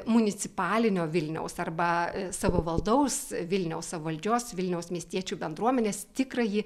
municipalinio vilniaus arba savo valdaus vilniaus savivaldžios vilniaus miestiečių bendruomenės tikrąjį